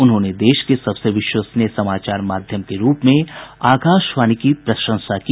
उन्होंने देश के सबसे विश्वसनीय समाचार माध्यम के रूप में आकाशवाणी की प्रशंसा की